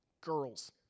Girls